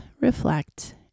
reflect